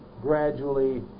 gradually